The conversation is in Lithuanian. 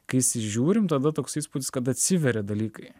kai įsižiūrim tada toks įspūdis kad atsiveria dalykai